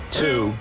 two